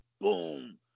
boom